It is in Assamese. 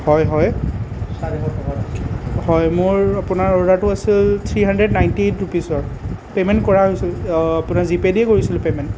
হয় হয় হয় মোৰ আপোনাৰ অৰ্ডাৰটো আছিল থ্ৰী হানড্ৰেদ নাইনটি এইট ৰুপিজৰ পেমেন্ট কৰা হৈছিল আপোনাৰ জিপেদিয়ে কৰিছিলোঁ পেমেন্ট